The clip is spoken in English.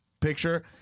picture